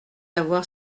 avoir